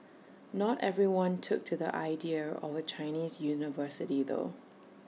not everyone took to the idea of A Chinese university though